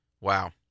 Wow